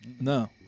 No